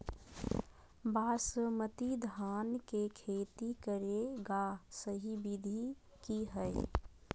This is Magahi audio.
बासमती धान के खेती करेगा सही विधि की हय?